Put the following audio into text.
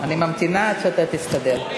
ממתינה עד שאתה תסתדר.